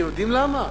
אתם יודעים למה?